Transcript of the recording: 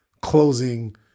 closing